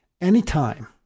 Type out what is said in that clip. anytime